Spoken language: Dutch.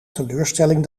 teleurstelling